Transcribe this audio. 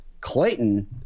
Clayton